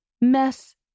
mess